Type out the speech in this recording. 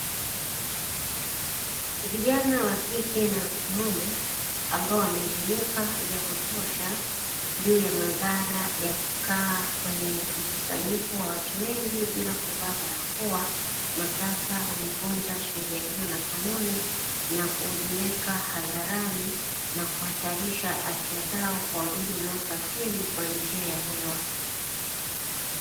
Vijana wa kike na wa kiume ambao wameelimika vya kutosha, juu ya madhara ya kukaa kwenye mkusanyiko wa watu wengi bila kuvaa barakoa, na sasa wamevunja sheria hiyo na kanuni na kujiweka hadharani, na kuhatarisha afya zao kwa wadudu wanaosafiri kwa njia ya hewa.